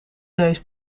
neus